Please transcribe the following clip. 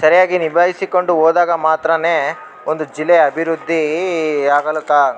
ಸರಿಯಾಗಿ ನಿಭಾಯಿಸಿಕೊಂಡು ಹೋದಾಗ ಮಾತ್ರವೇ ಒಂದು ಜಿಲ್ಲೆಯ ಅಭಿವೃದ್ಧಿ ಆಗಲು ಕಾ